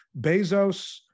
Bezos